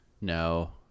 No